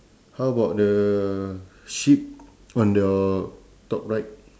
how about the sheep on your top right